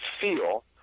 feel